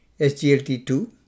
SGLT2